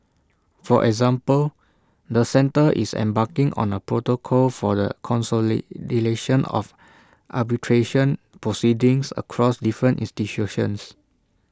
for example the centre is embarking on A protocol for the consolidation of arbitration proceedings across different institutions